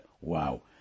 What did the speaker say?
Wow